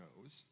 knows